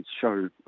show